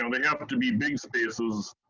um they have to be big spaces,